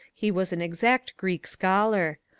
he was an exact greek scholar.